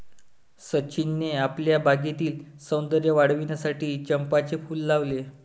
सचिनने आपल्या बागेतील सौंदर्य वाढविण्यासाठी चंपाचे फूल लावले